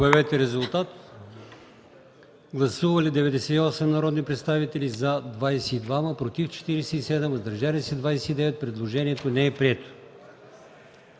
Моля, гласувайте. Гласували 98 народни представители: за 22, против 47, въздържали се 29. Предложението не е прието.